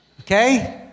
Okay